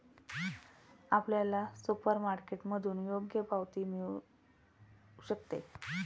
आपल्याला सुपरमार्केटमधून योग्य पावती पण मिळू शकते